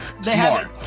smart